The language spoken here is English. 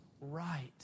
right